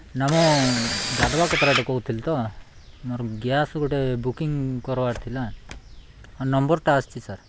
ନା ମୁଁ ଗାଧବାକତରାଠୁ କହୁଥିଲି ତ ମୋର ଗ୍ୟାସ୍ ଗୋଟେ ବୁକିଂ କରବାର ଥିଲା ଆଉ ନମ୍ବର୍ଟା ଆସିଛି ସାର୍